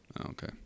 okay